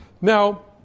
Now